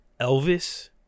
Elvis